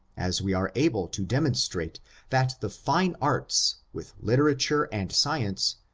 as we are able to demonstrate that the fine arts, with literature and science,